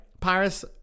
Paris